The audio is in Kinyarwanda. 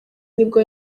nibwo